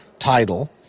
tidal.